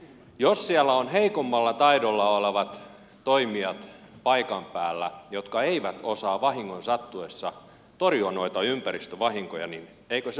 jos siellä on heikommalla taidolla olevat toimijat paikan päällä jotka eivät osaa vahingon sattuessa torjua noita ympäristövahinkoja eikö se ole huono juttu